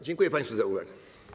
Dziękuję państwu za uwagę.